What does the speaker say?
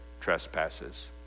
trespasses